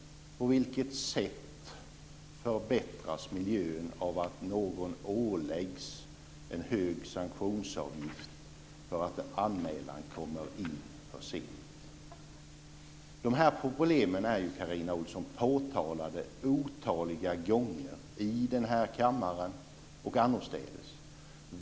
På vilket sätt förbättras miljön av att någon åläggs en hög sanktionsavgift för att en anmälan kommit in för sent? De här problemen, Carina Ohlsson, är påtalade otaliga gånger i den här kammaren och annorstädes.